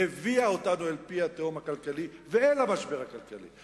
הביאה אותנו אל פי התהום הכלכלי ואל המשבר הכלכלי.